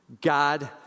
God